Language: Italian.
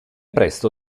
presto